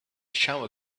shower